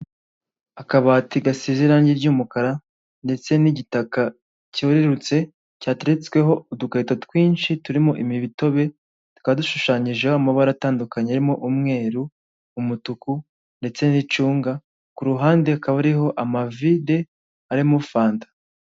Akabati gasize irangi ry'umukara ndetse n'igitaka cyerurutse cyateretsweho udukarito twinshi turimo imitobe, tukaba dushushanyijeho amabara atandukanye arimo umweru, umutuku, ndetse n'icunga ku ruhande hakaba hariho amavide arimo fanta.